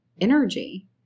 energy